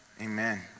amen